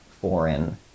foreign